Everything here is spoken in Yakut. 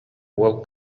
уол